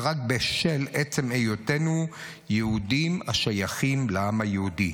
ורק בשל עצם היותנו יהודים השייכים לעם היהודי.